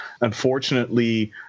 Unfortunately